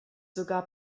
sogar